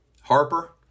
Harper